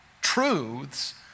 truths